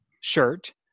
shirt